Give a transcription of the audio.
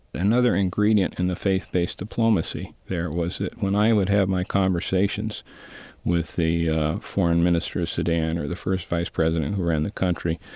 another ingredient in the faith-based diplomacy there was that when i would have my conversations with the foreign minister of sudan or the first vice president who ran the country,